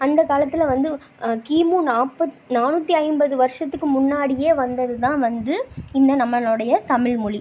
அந்த காலத்தில் வந்து கிமு நாற்பத் நானூற்றி ஐம்பது வருஷத்துக்கு முன்னாடியே வந்தது தான் வந்து இந்த நம்மளுடைய தமிழ் மொழி